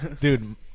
Dude